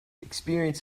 experience